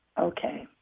Okay